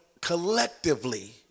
collectively